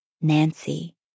Nancy